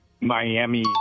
Miami